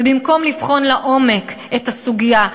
ובמקום לבחון לעומק את הסוגיה,